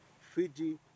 Fiji